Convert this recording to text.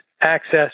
access